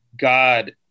God